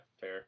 Fair